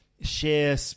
share